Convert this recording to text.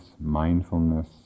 mindfulness